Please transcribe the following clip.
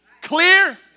clear